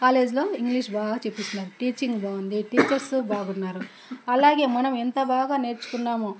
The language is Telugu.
కాలేజ్లో ఇంగ్లీష్ బాగా చెప్పిస్తున్నారు టీచింగ్ బాగుంది టీచర్సు బాగున్నారు అలాగే మనము ఎంత బాగా నేర్చుకున్నామో